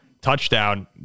touchdown